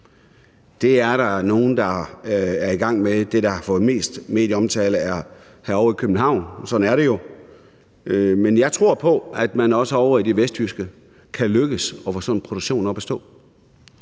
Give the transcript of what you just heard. Det er der nogen der er i gang med. Det har fået mest medieomtale herovre i København; sådan er det jo. Men jeg tror på, at man også ovre i det vestjyske kan lykkes med at få sådan en produktion op at stå.